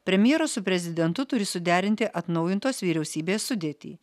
premjeras su prezidentu turi suderinti atnaujintos vyriausybės sudėtį